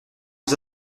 aux